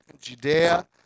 Judea